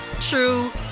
true